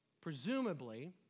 Presumably